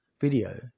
video